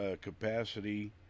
capacity